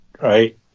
right